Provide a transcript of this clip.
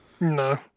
No